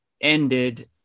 ended